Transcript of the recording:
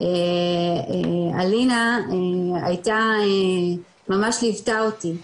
אלינה ממש ליוותה אותי,